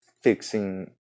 fixing